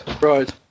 Right